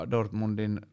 Dortmundin